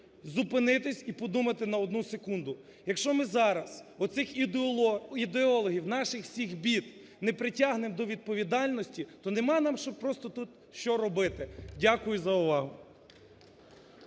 зупинитись і подумати на одну секунду, якщо ми зараз оцих ідеологів наших всіх бід не притягнемо до відповідальності, то немає нам просто, що тут робити. Дякую за увагу.